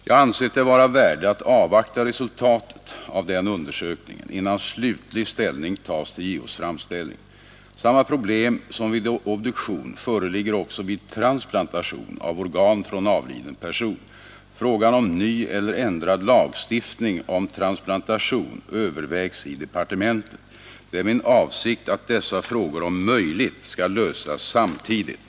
Jag har ansett det vara av värde att avvakta resultaten av den undersökningen, innan slutlig ställning tas till JO:s framställning. Samma problem som vid obduktion föreligger också vid transplantation av organ från avliden person. Frågan om ny eller ändrad lagstiftning om transplantation övervägs i departementet. Det är min avsikt att dessa frågor om möjligt skall lösas samtidigt.